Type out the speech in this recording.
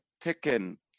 taken